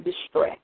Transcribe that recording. distress